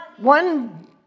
one